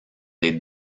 les